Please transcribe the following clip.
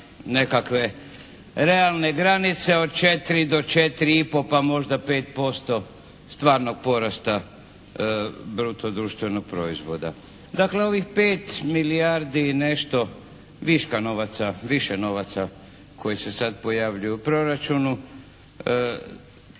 nekakve realne granice od četiri do četiri i po, pa možda i pet posto stvarnog porasta bruto društvenog proizvoda. Dakle ovih 5 milijardi i nešto više novaca koji se sad pojavljuju u proračunu